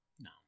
No